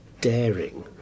daring